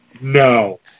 no